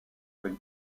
avec